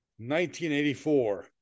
1984